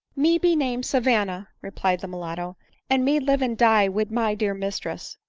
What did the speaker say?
me be name savanna, replied the mulatto and me live and die wid my dear mistress,